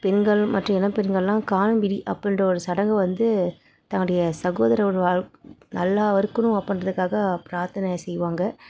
பெண்கள் மற்றும் இளம்பெண்கள்லாம் காணும் பிடி அப்பிடின்ற ஒரு சடங்கு வந்து தன்னுடைய சகோதரர் ஒரு நல்லா இருக்கணும் அப்பிடின்றதுக்காக பிராத்தனை செய்வாங்க